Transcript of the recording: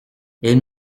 elle